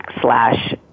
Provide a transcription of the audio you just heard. slash